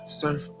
surf